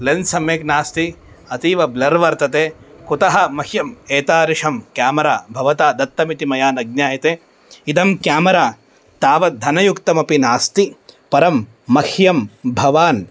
lens सम्यक् नास्ति अतीव ब्लर् वर्तते कुतः मह्यम् एतादृशं क्यामरा भवता दत्तम् इति मया न ज्ञायते इदं क्यामरा तावत् धनयुक्तमपि नास्ति परं मह्यं भवान्